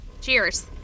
Cheers